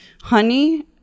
honey